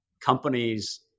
companies